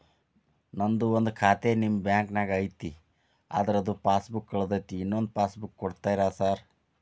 ನಂದು ಒಂದು ಖಾತೆ ನಿಮ್ಮ ಬ್ಯಾಂಕಿನಾಗ್ ಐತಿ ಅದ್ರದು ಪಾಸ್ ಬುಕ್ ಕಳೆದೈತ್ರಿ ಇನ್ನೊಂದ್ ಪಾಸ್ ಬುಕ್ ಕೂಡ್ತೇರಾ ಸರ್?